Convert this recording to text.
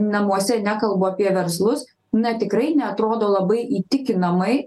namuose nekalbu apie verslus na tikrai neatrodo labai įtikinamai